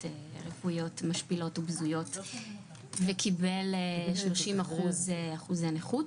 רפואיות משפילות ובזויות וקיבל 30 אחוזי נכות,